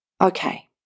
okay